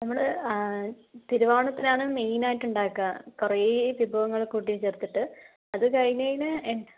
നമ്മൾ തിരുവോണത്തിനാണ് മെയ്നായിട്ടു ഉണ്ടാക്കുക കുറേ വിഭവങ്ങൾ കൂട്ടിചേർത്തിട്ട് അത് കഴിഞ്ഞുകഴിഞ്ഞാൽ